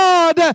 God